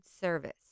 Service